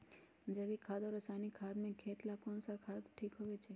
जैविक खाद और रासायनिक खाद में खेत ला कौन खाद ठीक होवैछे?